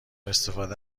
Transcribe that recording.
استفاده